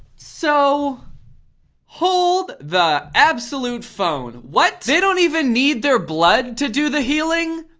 so hold the absolute phone. what, they don't even need their blood to do the healing?